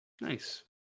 Nice